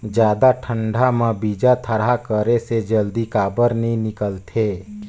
जादा ठंडा म बीजा थरहा करे से जल्दी काबर नी निकलथे?